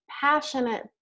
passionate